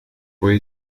fue